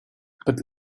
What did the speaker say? but